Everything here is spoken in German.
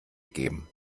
geben